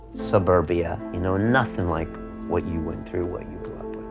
suburbia you know nothing like what you went through, what you grew up